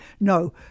No